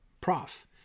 Prof